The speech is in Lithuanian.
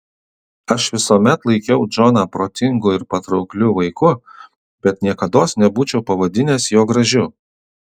aš visuomet laikiau džoną protingu ir patraukliu vaiku bet niekados nebūčiau pavadinęs jo gražiu